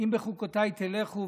"אם בְּחֻקֹּתַי תלכו,